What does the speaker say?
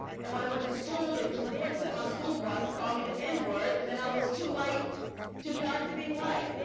and when i went to school, they threw bricks at my school bus, called me the n word, and then i was too like too dark to be white.